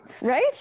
right